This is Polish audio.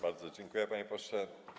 Bardzo dziękuję, panie pośle.